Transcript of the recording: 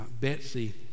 Betsy